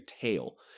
tail